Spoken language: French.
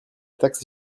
taxe